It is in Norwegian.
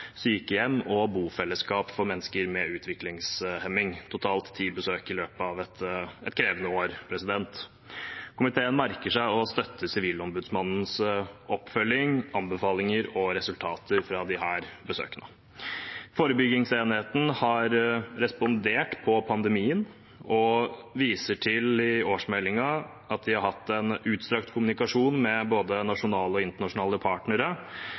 sykehjem og bofellesskap for mennesker med utviklingshemming – totalt ti besøk i løpet av et krevende år. Komiteen merker seg og støtter Sivilombudsmannens oppfølging, anbefalinger og resultater fra disse besøkene. Forebyggingsenheten har respondert på pandemien og viser i årsmeldingen til at de har hatt en utstrakt kommunikasjon med både nasjonale og internasjonale partnere.